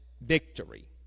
victory